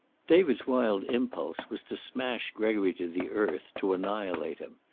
david's wild impulse was to smash gregory to the earth, to annihilate him.